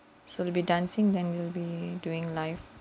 so we will be dancing doing live